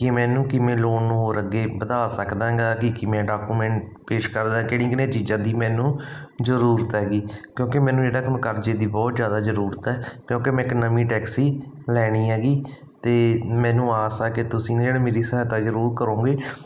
ਕਿ ਮੈਨੂੰ ਕਿਵੇਂ ਲੋਨ ਨੂੰ ਹੋਰ ਅੱਗੇ ਵਧਾ ਸਕਦਾ ਗਾ ਕਿ ਕਿਵੇਂ ਡਾਕੂਮੈਂਟ ਪੇਸ਼ ਕਰਦਾ ਕਿਹੜੀ ਕਿਹੜੀਆਂ ਚੀਜ਼ਾਂ ਦੀ ਮੈਨੂੰ ਜ਼ਰੂਰਤ ਹੈਗੀ ਕਿਉਂਕਿ ਮੈਨੂੰ ਇਹਨਾਂ ਤੋਂ ਕਰਜ਼ੇ ਦੀ ਬਹੁਤ ਜ਼ਿਆਦਾ ਜ਼ਰੂਰਤ ਹੈ ਕਿਉਂਕਿ ਮੈਂ ਇੱਕ ਨਵੀਂ ਟੈਕਸੀ ਲੈਣੀ ਹੈਗੀ ਅਤੇ ਮੈਨੂੰ ਆਸ ਆ ਕਿ ਤੁਸੀਂ ਨਾ ਜਿਹੜੇ ਮੇਰੀ ਸਹਾਇਤਾ ਜ਼ਰੂਰ ਕਰੋਗੇ